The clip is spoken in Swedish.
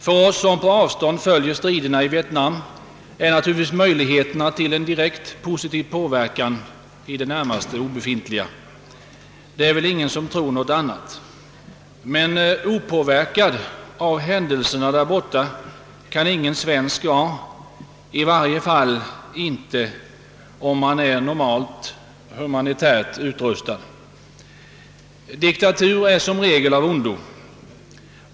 För oss som på avstånd följer striderna i Vietnam är naturligtvis möjligheterna till en direkt positiv påverkan i det närmaste obefintliga. Det är väl ingen som tror något annat. Men opåverkad av händelserna där borta kan ingen svensk vara, i varje fall inte den som är normalt humanitärt utrustad. Diktatur är som regel av ondo.